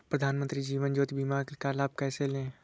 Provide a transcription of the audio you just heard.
प्रधानमंत्री जीवन ज्योति योजना का लाभ कैसे लें?